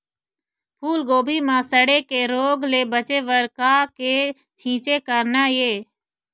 फूलगोभी म सड़े के रोग ले बचे बर का के छींचे करना ये?